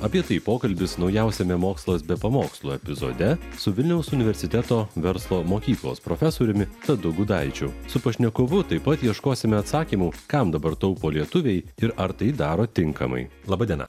apie tai pokalbis naujausiame mokslas be pamokslų epizode su vilniaus universiteto verslo mokyklos profesoriumi tadu gudaičiu su pašnekovu taip pat ieškosime atsakymų kam dabar taupo lietuviai ir ar tai daro tinkamai laba diena